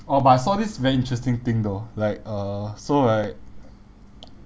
oh but I saw this very interesting thing though like uh so like